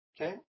okay